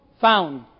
found